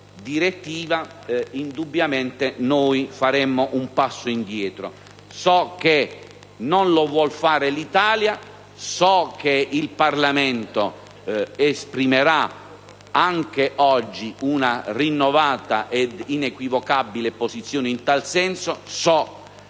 direttiva, indubbiamente noi faremmo un passo indietro. So che non lo vuol fare l'Italia; so che il Parlamento esprimerà anche oggi una rinnovata ed inequivocabile posizione in tal senso. So che